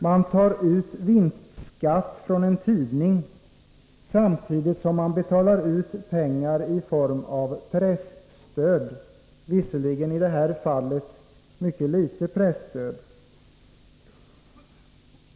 Man tar ut vinstskatt från en tidning, samtidigt som man betalar ut pengar i form av presstöd, visserligen i det här fallet mycket litet presstöd.